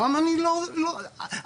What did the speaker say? אני מאוד פעיל,